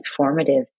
transformative